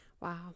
Wow